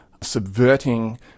subverting